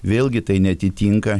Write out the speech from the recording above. vėlgi tai neatitinka